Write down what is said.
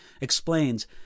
explains